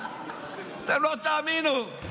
אתם לא תאמינו.